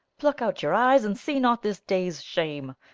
pluck out your eyes, and see not this day's shame!